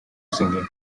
singing